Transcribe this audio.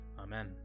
Amen